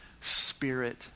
Spirit